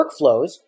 workflows